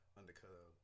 undercover